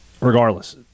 regardless